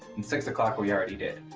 and six o'clock we already did.